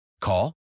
Call